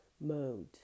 mode